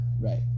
Right